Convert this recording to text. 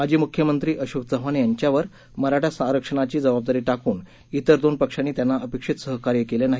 माजी मुख्यमंत्री अशोक चव्हाण यांच्यावर मराठा आरक्षणाची जबाबदारी टाकून इतर दोन पक्षांनी त्यांना अपेक्षित सहकार्य केलं नाही